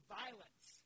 violence